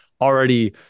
Already